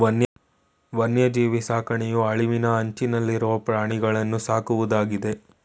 ವನ್ಯಜೀವಿ ಸಾಕಣೆಯು ಅಳಿವಿನ ಅಂಚನಲ್ಲಿರುವ ಪ್ರಾಣಿಗಳನ್ನೂ ಸಾಕುವುದಾಗಿದೆ